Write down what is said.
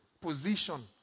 position